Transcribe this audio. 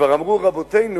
וכבר אמרו רבותינו,